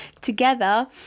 together